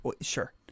sure